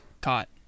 caught